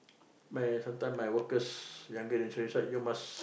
my sometime my workers younger than me you must